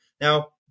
Now